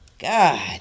God